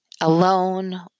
alone